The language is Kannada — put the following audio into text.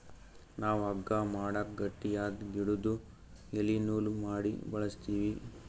ನಾವ್ ಹಗ್ಗಾ ಮಾಡಕ್ ಗಟ್ಟಿಯಾದ್ ಗಿಡುದು ಎಲಿ ನೂಲ್ ಮಾಡಿ ಬಳಸ್ತೀವಿ